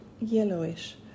yellowish